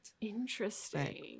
Interesting